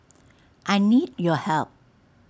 I need your help